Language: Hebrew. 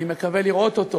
אני מקווה לראות אותו